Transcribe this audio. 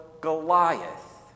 Goliath